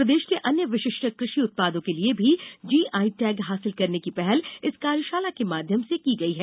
प्रदेश के अन्य विशिष्ट कृषि उत्पादों के लिए भी जीआईटैग हासिल करने की पहल इस कार्यशाला के माध्यम से की गई है